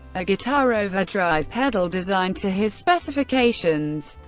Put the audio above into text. a guitar overdrive pedal designed to his specifications.